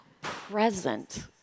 present